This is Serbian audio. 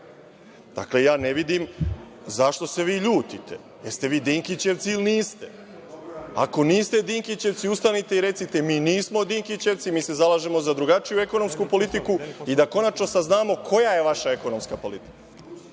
radio. Ne vidim zašto se vi ljutite. Jeste li dinkićevci ili niste? Ako niste dinkićevci ustanite i recite – mi nismo dinkićevci. Mi se zalažemo za drugačiju ekonomsku politiku i da konačno saznamo koja je vaša ekonomska politika. Pustite